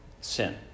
sin